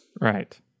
right